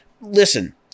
listen